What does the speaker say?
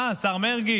אה, השר מרגי.